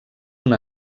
una